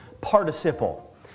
participle